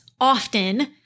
often